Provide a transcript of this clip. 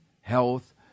health